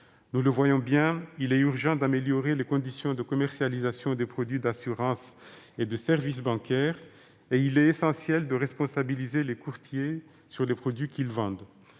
Nous le voyons bien, il est urgent d'améliorer les conditions de commercialisation des produits d'assurance et de services bancaires et il est essentiel de responsabiliser les courtiers sur les produits qu'ils vendent.